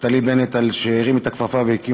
נפתלי בנט על שהרים את הכפפה והקים